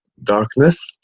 darkness,